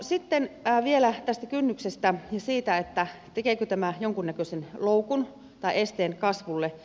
sitten vielä tästä kynnyksestä ja siitä tekeekö tämä jonkunnäköisen loukun tai esteen kasvulle